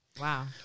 Wow